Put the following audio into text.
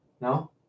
No